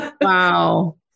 Wow